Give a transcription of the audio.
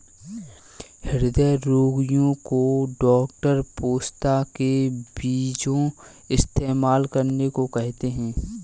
हृदय रोगीयो को डॉक्टर पोस्ता के बीजो इस्तेमाल करने को कहते है